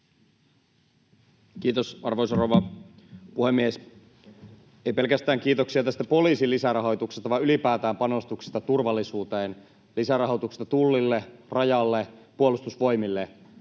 Kiitos, arvoisa rouva puhemies! Ei pelkästään kiitoksia tästä poliisin lisärahoituksesta, vaan ylipäätään panostuksista turvallisuuteen; lisärahoituksesta Tullille, Rajalle, Puolustusvoimille.